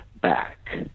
back